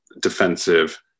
defensive